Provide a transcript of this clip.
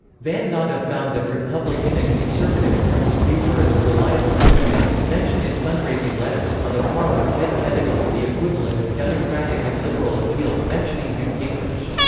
van natta found that republican and conservative groups viewed her as a reliable bogeyman to mention in fundraising letters, on a par with ted kennedy and the equivalent of democratic and liberal appeals mentioning newt gingrich.